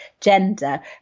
gender